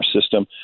system